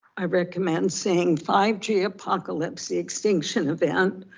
i recommend seeing, five g apocalypse, the extinction event,